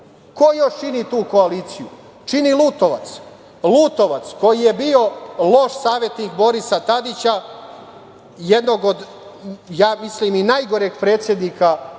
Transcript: još čini tu koaliciju? Čini Lutovac, koji je bio loš savetnik Borisa Tadića, jednog od, ja mislim i najgoreg predsednika u